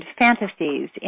fantasies